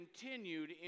continued